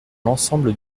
l’ensemble